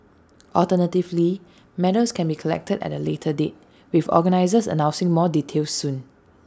alternatively medals can be collected at A later date with organisers announcing more details soon